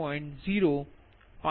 056 મલે છે